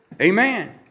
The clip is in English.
Amen